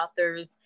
authors